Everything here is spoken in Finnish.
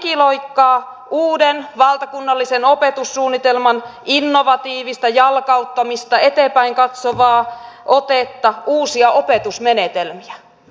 halutaan digiloikkaa uuden valtakunnallisen opetussuunnitelman innovatiivista jalkauttamista eteenpäin katsovaa otetta uusia opetusmenetelmiä